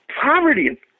poverty